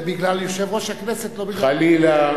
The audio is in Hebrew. זה בגלל יושב-ראש הכנסת, לא בגלל, חלילה.